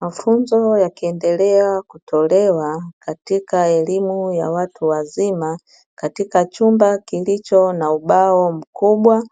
Mafunzo yakiendelea kutolewa katika elimu ya watu wazima, katika chumba kilicho na ubao mkubwa